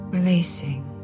Releasing